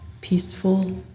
peaceful